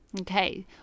Okay